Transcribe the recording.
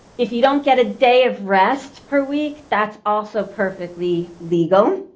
if you don't get a day of rest per week, that's also perfectly legal.